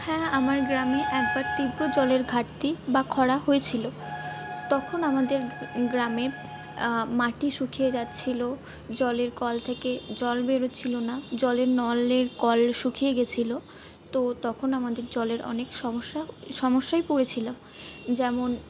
হ্যাঁ আমার গ্রামে একবার তীব্র জলের ঘাটতি বা খরা হয়েছিল তখন আমাদের গ্রামে মাটি শুকিয়ে যাচ্ছিল জলের কল থেকে জল বেরোচ্ছিল না জলের নলের কল শুকিয়ে গিয়েছিল তো তখন আমাদের জলের অনেক সমস্যা সমস্যায় পড়েছিলাম যেমন